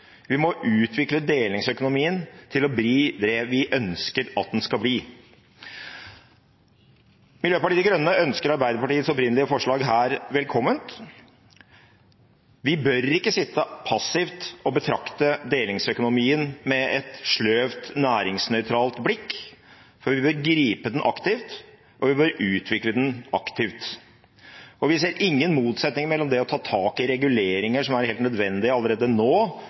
Vi må utvikle delingsøkonomien til å bli det vi ønsker at den skal bli. Miljøpartiet De Grønne ønsker Arbeiderpartiets opprinnelige forslag velkommen. Vi bør ikke sitte passive og betrakte delingsøkonomien med et sløvt, næringsnøytralt blikk. Vi bør gripe den aktivt, og vi bør utvikle den aktivt. Vi ser ingen motsetning mellom det å ta tak i reguleringer som er helt nødvendige allerede nå,